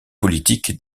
politique